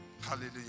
Hallelujah